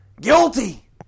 Guilty